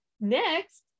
Next